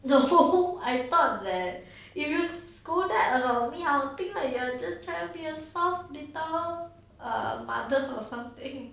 no I thought that if you scold that about me I'll think that you are just trying to be a soft little err mother or something